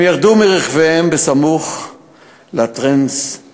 הם ירדו מרכביהם סמוך לטרנסצ'סטרית,